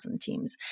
teams